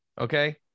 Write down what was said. Okay